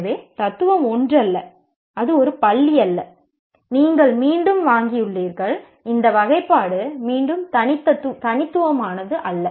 எனவே தத்துவம் ஒன்றல்ல அது ஒரு பள்ளி அல்ல நீங்கள் மீண்டும் வாங்கியுள்ளீர்கள் இந்த வகைப்பாடு மீண்டும் தனித்துவமானது அல்ல